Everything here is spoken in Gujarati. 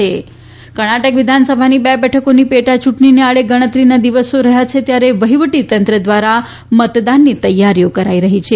કર્ણાટક ચૂંટણી કર્ણાટક વિધાનસભાની બે બેઠકોની પેટાચૂંટણીને આડે ગણતરીના દિવસો રહ્યા છે ત્યારે વહીવટીતંત્ર દ્વારા મતદાનની તૈયારીઓ કરાઇ રહી છે